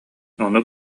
ону